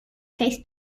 face